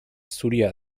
zuria